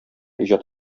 иҗат